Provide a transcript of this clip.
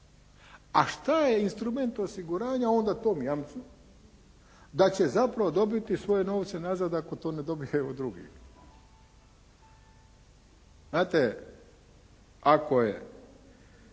A šta je instrument osiguranja onda tom jamcu? Da će zapravo dobiti svoje novce nazad ako to ne dobije od drugih. Znate ako je